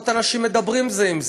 אנשים פחות מדברים זה עם זה.